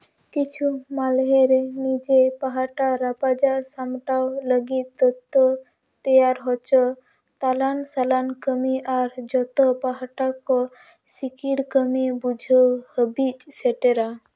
ᱠᱤᱪᱷᱩ ᱢᱟᱞᱦᱮ ᱨᱮ ᱱᱤᱡᱮ ᱯᱟᱦᱴᱟ ᱨᱟᱯᱟᱪᱟᱜ ᱥᱟᱢᱴᱟᱣ ᱞᱟᱹᱜᱤᱫ ᱛᱚᱛᱷᱚ ᱛᱮᱭᱟᱨ ᱦᱚᱪᱚ ᱛᱟᱞᱟᱱ ᱥᱟᱞᱟᱜ ᱠᱟᱹᱢᱤ ᱟᱨ ᱡᱚᱛᱚ ᱯᱟᱦᱴᱟ ᱠᱚ ᱥᱤᱠᱤᱲ ᱠᱟᱹᱢᱤ ᱵᱩᱡᱷᱟᱹᱣ ᱦᱟᱹᱵᱤᱡ ᱥᱮᱴᱮᱨᱟ